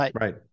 right